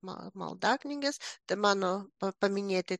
ma maldaknygės tai mano paminėti